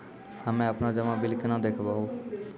हम्मे आपनौ जमा बिल केना देखबैओ?